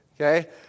okay